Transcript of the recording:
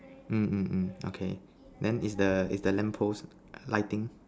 mm mm mm okay then is the is the lamp post lighting